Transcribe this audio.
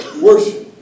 worship